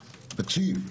תקשיב.